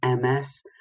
MS